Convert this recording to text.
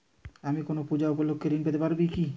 আমি কোনো পূজা উপলক্ষ্যে ঋন পেতে পারি কি?